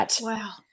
wow